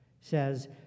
says